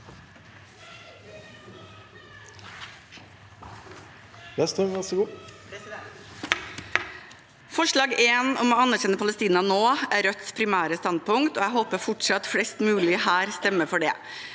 Forslag nr. 1, om å anerkjenne Palestina nå, er Rødts primære standpunkt, og jeg håper fortsatt at flest mulig her vil stemme for det.